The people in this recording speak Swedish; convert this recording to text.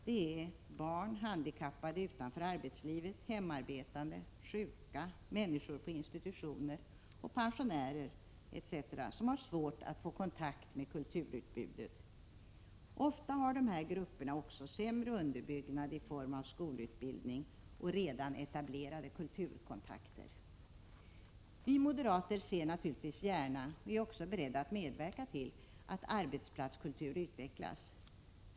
Det är barn, handikappade utanför arbetslivet, hemarbetande, sjuka, människor på institutioner, pen sionärer etc. som har svårt att få kontakt med kulturutbudet. Ofta har de här — Prot. 1986/87:100 grupperna också sämre underbyggnad vad gäller skolutbildning och redan = 2 april 1987 etablerade kulturkontakter. Vi moderater ser naturligtvis gärna — och är också beredda att medverka till — att arbetsplatskultur utvecklas.